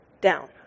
down